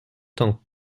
temps